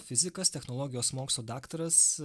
fizikas technologijos mokslų daktaras